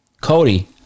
Cody